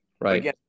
Right